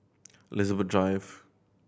Elizabeth Drive